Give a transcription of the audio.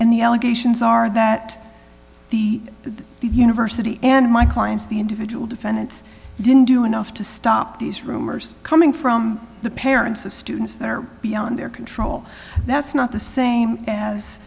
and the allegations are that the university and my clients the individual defendants didn't do enough to stop these rumors coming from the parents of students that are beyond their control that's not the same as